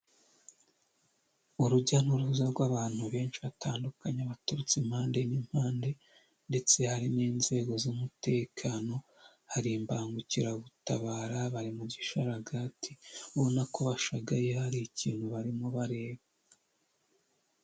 Urujya n'uruza rw'abantu benshi batandukanye baturutse impande n'impande ndetse hari n'inzego z'umutekano, hari imbangukiragutabara bari mu gisharagati ubona ko bashagaye, hari ikintu barimo bareba.